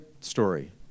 story